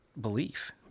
Belief